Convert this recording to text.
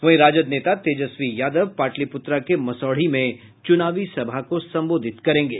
वहीं राजद नेता तेजस्वी यादव पाटलिपुत्रा के मसौढ़ी में चुनावी सभा को संबोधित करेंगे